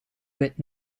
with